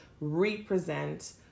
represent